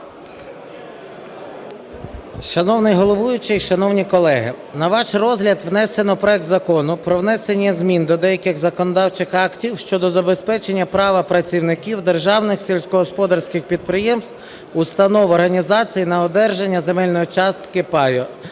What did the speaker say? Шановний головуючий, шановні колеги! На ваш розгляд внесено проект Закону про внесення змін до деяких законодавчих актів щодо забезпечення права працівників державних сільськогосподарських підприємств, установ, організацій на одержання земельної частки